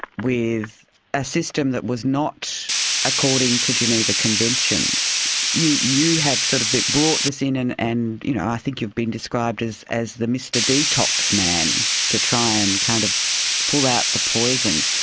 with a system that was not according to geneva conventions. you you have sort of brought this in and and, you know, i think you've been described as as the mr detox man to try and kind of pull out the poison.